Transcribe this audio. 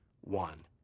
one